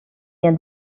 year